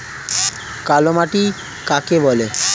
কালো মাটি কাকে বলে?